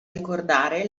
ricordare